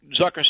Zucker